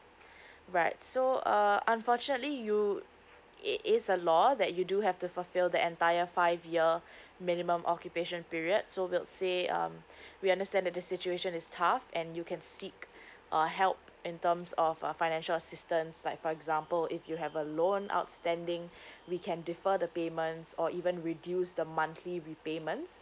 right so uh unfortunately you it is a law that you do have to fulfill the entire five year minimum occupation period so will say um we understand that the situation is tough and you can seek uh help in terms of uh financial assistance like for example if you have a loan outstanding we can defer the payment or even reduce the monthly repayments